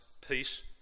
peace